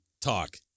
talk